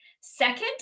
Second